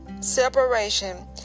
separation